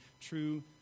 true